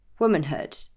womanhood